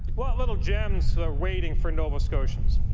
what little gems are waiting for nova scotians?